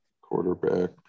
quarterback